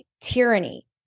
tyranny